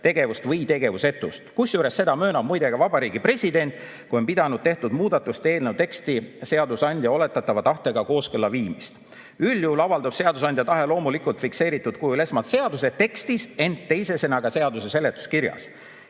tegevust või tegevusetust. Kusjuures seda möönab muide ka Vabariigi President, kui on pidanud eelnõu teksti muudatuste tegemist selle seadusandja oletatava tahtega kooskõlla viimiseks. Üldjuhul avaldub seadusandja tahe loomulikult fikseeritud kujul esmalt seaduse tekstis, ent teise sõnaga seaduse seletuskirjas.